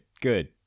good